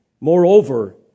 Moreover